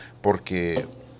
porque